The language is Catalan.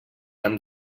amb